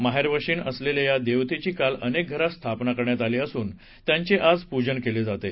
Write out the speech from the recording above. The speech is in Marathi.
माहेरवाशीण असलेल्या या देवतेघी काल अनेक घरात स्थापना करण्यात आली असून आज त्यांचे पूजन केले जाते